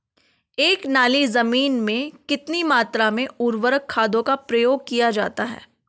एक नाली जमीन में कितनी मात्रा में उर्वरक खादों का प्रयोग किया जाता है?